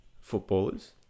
footballers